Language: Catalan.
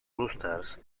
clústers